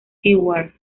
stewart